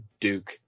Duke